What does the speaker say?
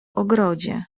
ogrodzie